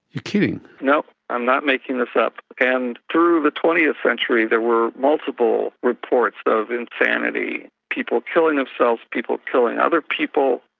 you're kidding! no, i'm not making this up. and through the twentieth century there were multiple reports of insanity, people killing themselves, people killing other people,